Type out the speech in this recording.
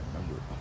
remember